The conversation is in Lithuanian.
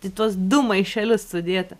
į tuos du maišelius sudėta